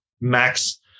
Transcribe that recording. max